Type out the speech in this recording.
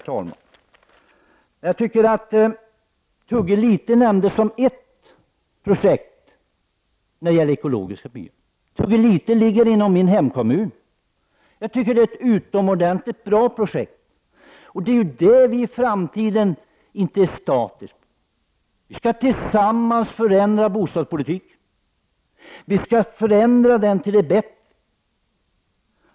Tuggelite är ett projekt som nämndes som ett exempel på en ekologisk by. Tuggelite ligger i min hemkommun. Jag tycker att det är ett utomordentligt bra projekt. Det är det vi i framtiden skall satsa på. Vi skall tillsammans förändra bostadspolitiken. Vi skall förändra den till det bättre.